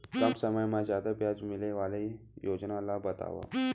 कम समय मा जादा ब्याज मिले वाले योजना ला बतावव